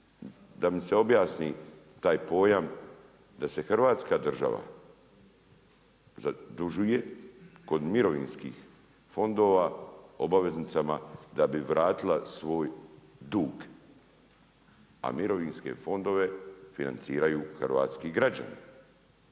da mi se objasni taj pojam da se Hrvatska država zadužuje kod mirovinskih fondova obveznicama da bi vratila svoj dug, a mirovinske fondove financiraju hrvatski građani.